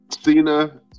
Cena